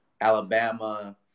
Alabama